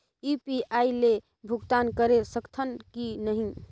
UPI ले भुगतान करे सकथन कि नहीं?